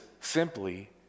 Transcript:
simply